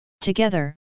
Together